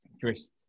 Chris